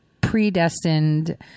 predestined